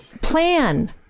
Plan